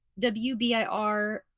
wbir